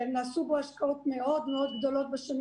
שנעשו בו השקעות מאוד מאוד גדולות בשנים